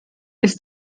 ist